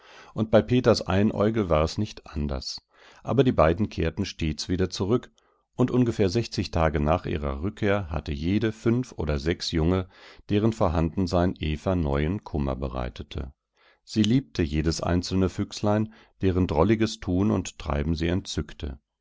und bei peters einäugel war es nicht anders aber die beiden kehrten stets wieder zurück und ungefähr sechzig tage nach ihrer rückkehr hatte jede fünf oder sechs junge deren vorhandensein eva neuen kummer bereitete sie liebte jedes einzelne füchslein deren drolliges tun und treiben sie entzückte